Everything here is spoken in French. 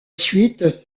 suite